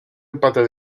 empate